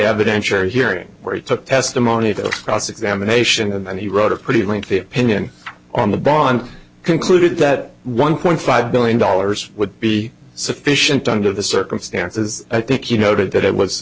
evidentiary hearing where he took testimony to cross examination and he wrote a pretty lengthy opinion on the bond concluded that one point five billion dollars would be sufficient under the circumstances i think you noted that it was